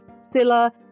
Silla